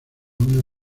una